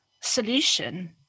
solution